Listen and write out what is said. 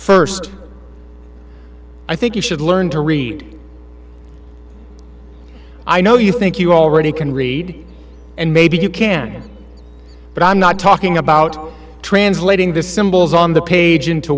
first i think you should learn to read i know you think you already can read and maybe you can but i'm not talking about translating the symbols on the page into